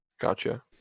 Gotcha